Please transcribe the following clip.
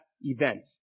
event